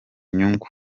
nyungu